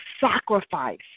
sacrifice